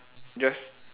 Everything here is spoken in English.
just